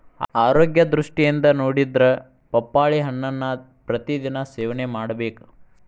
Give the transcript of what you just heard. ಆರೋಗ್ಯ ದೃಷ್ಟಿಯಿಂದ ನೊಡಿದ್ರ ಪಪ್ಪಾಳಿ ಹಣ್ಣನ್ನಾ ಪ್ರತಿ ದಿನಾ ಸೇವನೆ ಮಾಡಬೇಕ